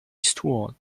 eastward